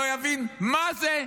לא יבין מה זה,